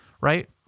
right